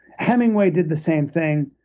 hemingway did the same thing.